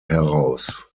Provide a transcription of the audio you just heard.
heraus